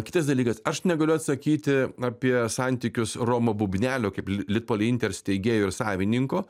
kitas dalykas aš negaliu atsakyti apie santykius romo bubnelio kaip litpoliinter steigėjo ir savininko